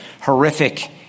horrific